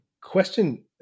Question